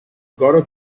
gotta